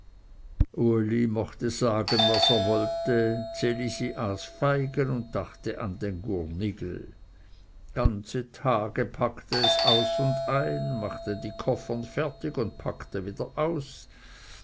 uli mochte sagen was er wollte ds elisi aß feigen und dachte an den gurnigel ganze tage packte es aus und ein machte die koffern fertig und packte wieder aus